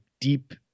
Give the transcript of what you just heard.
deep